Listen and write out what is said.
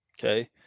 Okay